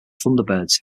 thunderbirds